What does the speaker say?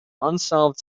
unsolved